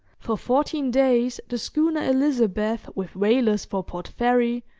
for fourteen days the schooner elizabeth, with whalers for port fairy,